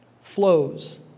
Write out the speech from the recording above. flows